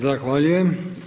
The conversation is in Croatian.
Zahvaljujem.